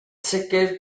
sicr